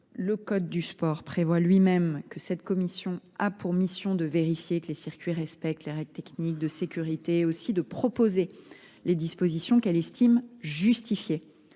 Le Code du sport prévoit lui-même que cette commission a pour mission de vérifier que les circuits respectent les règles techniques de sécurité et aussi de proposer les dispositions qu'elle estime justifiées